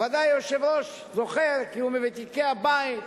וודאי היושב-ראש זוכר, כי הוא מוותיקי הבית: